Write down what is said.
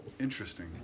Interesting